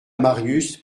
marius